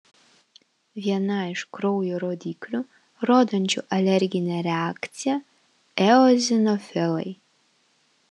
viena iš kraujo rodiklių rodančių alerginę reakciją eozinofilai